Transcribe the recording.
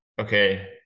okay